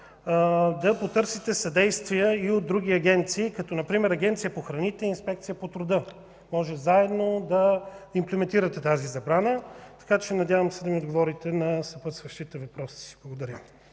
да потърсите съдействие и от други агенции, като например Агенция по храните и Инспекцията по труда. Може заедно да имплементирате тази забрана. Надявам се да отговорите на съпътстващите въпроси. Благодаря.